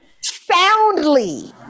soundly